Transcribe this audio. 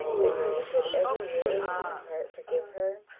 that you could ever really in your heart forgive her?